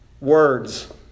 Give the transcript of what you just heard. words